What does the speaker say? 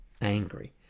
angry